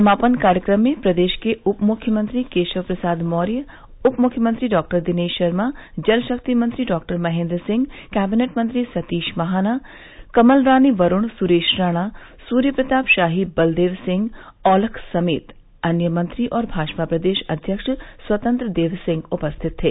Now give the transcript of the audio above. समापन कार्यक्रम में प्रदेश के उपमुख्यमंत्री केशव प्रसाद मौर्य उप मुख्यमंत्री डॉ दिनेश शर्मा जलशक्ति मंत्री डॉ महेंद्र सिंह कैबिनेट मंत्री सतीश महाना कमलरानी वरूण सुरेश राणा सूर्य प्रताप शाही बलदेव सिंह औलख समेत अन्य मंत्री और भाजपा प्रदेश अध्यक्ष स्वतंत्र देव सिंह उपस्थित थे